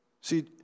See